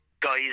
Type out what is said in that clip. guys